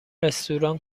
رستوران